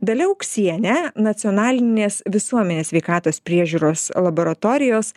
dalia uksienė nacionalinės visuomenės sveikatos priežiūros laboratorijos